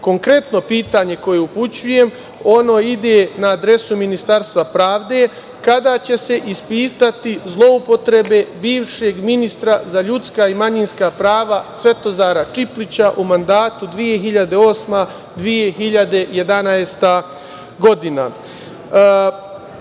ljudi. Konkretno pitanje koje upućujem ide na adresu Ministarstva pravde - kada će se ispitati zloupotrebe bivšeg ministra za ljudska i manjinska prava Svetozara Čiplića u mandatu 2008-2011. godina? Pre